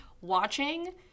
watching